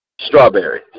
strawberry